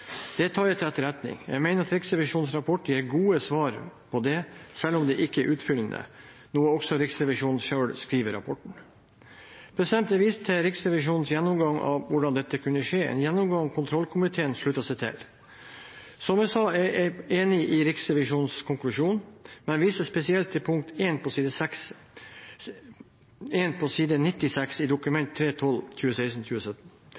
Det tar jeg til etterretning. Jeg mener at Riksrevisjonens rapport gir gode svar på det, selv om den ikke er utfyllende, noe også Riksrevisjonen selv skriver i rapporten. Jeg viser til Riksrevisjonens gjennomgang av hvordan dette kunne skje, en gjennomgang kontrollkomiteen slutter seg til. Som jeg sa, er jeg enig i Riksrevisjonens konklusjon, men viser spesielt til punkt 1 på side 96 i